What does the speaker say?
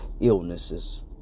illnesses